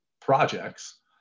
projects